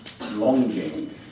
longing